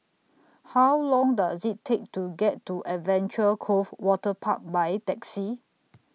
How Long Does IT Take to get to Adventure Cove Waterpark By Taxi